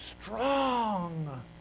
strong